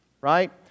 Right